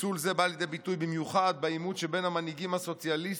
פיצול זה בא לידי ביטוי במיוחד בעימות שבין המנהיגים הסוציאליסטים